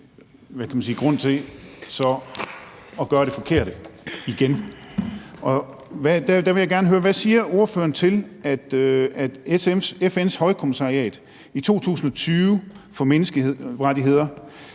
Hvad siger ordføreren til at FN's Højkommissariat for menneskerettigheder